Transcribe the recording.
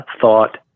thought